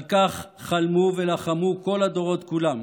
על כך חלמו ולחמו כל הדורות כולם.